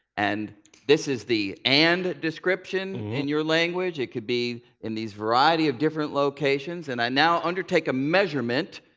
and this is the and description description in your language, it could be in these variety of different locations. and i now undertake a measurement,